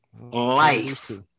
life